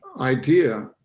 idea